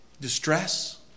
Distress